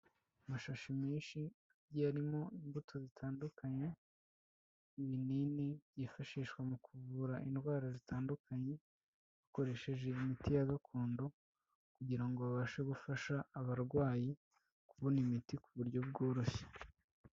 Amashashi menshi agiye arimo imbuto zitandukanye n'ibinini byifashishwa mu kuvura indwara zitandukanye, bakoresheje imiti ya gakondo kugira ngo babashe gufasha abarwayi kubona imiti ku buryo bworoshye.